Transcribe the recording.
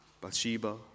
Bathsheba